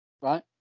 Right